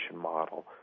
model